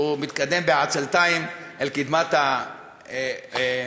ומתקדם בעצלתיים אל קדמת האולם.